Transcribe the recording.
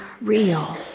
real